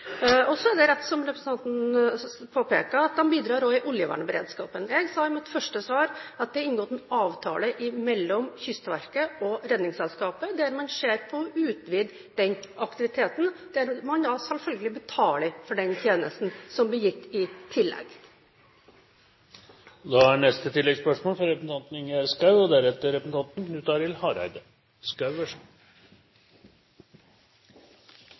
Så er det også riktig, som representanten påpekte, at de også bidrar i oljevernberedskapen. Jeg sa i mitt første svar at det er inngått en avtale mellom Kystverket og Redningsselskapet der man ser på å utvide den aktiviteten, og der man selvfølgelig betaler for den tjenesten som blir gitt i